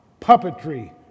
puppetry